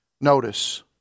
Notice